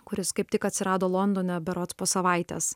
kuris kaip tik atsirado londone berods po savaitės